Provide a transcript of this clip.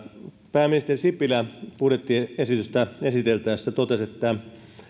pääministeri sipilä budjettiesitystä esiteltäessä totesi että